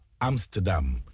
Amsterdam